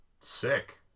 Sick